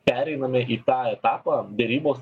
pereiname į tą etapą derybos